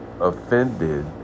offended